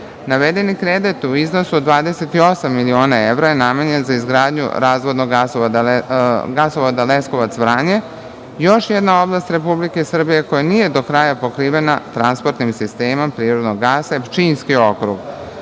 Navedeni kredit u iznosu od 28 miliona evra namenjen je za izgradnju razvodnog gasovoda Leskovac-Vranje. Još jedna oblast Republike Srbije koja nije do kraja pokrivena transportnim sistemom prirodnog gasa je Pčinski okrug.